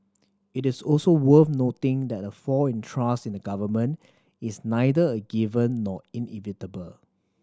it is also worth noting that a fall in trust in the Government is neither a given nor inevitable